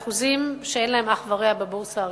באחוזים שאין להם אח ורע בבורסה הרגילה.